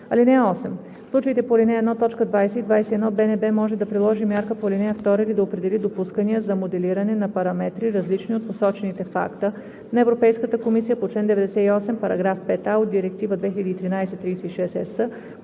(8) В случаите по ал. 1, т. 20 и 21 БНБ може да приложи мярка по ал. 2 или да определи допускания за моделиране и параметри, различни от посочените в акта на Европейската комисия по чл. 98, параграф 5а от Директива 2013/36/ЕС,